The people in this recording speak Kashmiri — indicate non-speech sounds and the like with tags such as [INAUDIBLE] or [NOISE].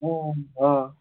[UNINTELLIGIBLE] آ